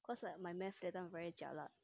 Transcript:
cause like my math that time very jialat